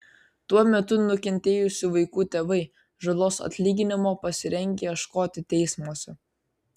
tuo metu nukentėjusių vaikų tėvai žalos atlyginimo pasirengę ieškoti teismuose